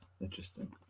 Interesting